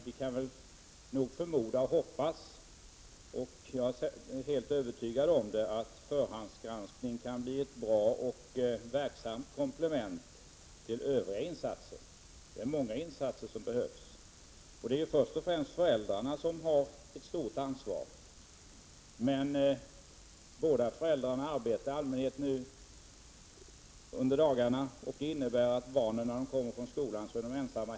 Vi kan nog förmoda och hoppas — jag är för min del helt övertygad — att förhandsgranskningen kan bli ett bra och verksamt komplement till övriga insatser. Många olika insatser behövs. Föräldrarna har ett stort ansvar. I dagens läge arbetar dock oftast båda föräldrarna på dagarna. Det innebär att när barnen kommer hem från skolan är de ensamma.